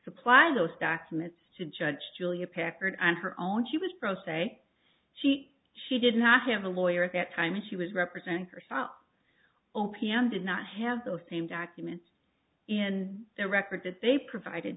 supply those documents to judge julia packard on her own she was pro se she she didn't have him a lawyer at that time and she was representing herself o p m did not have those same documents in their records that they provided